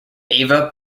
eva